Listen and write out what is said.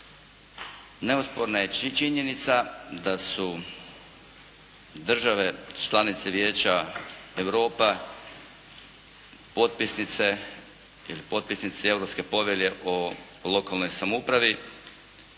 Neosporna je činjenica da su države članice Vijeća Europe potpisnice, ili potpisnici Europske povelje o lokalnoj samoupravi